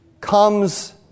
comes